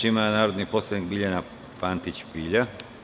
Reč ima narodni poslanik Biljana Pantić Pilja.